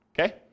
okay